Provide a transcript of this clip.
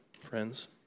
friends